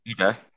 Okay